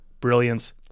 brilliance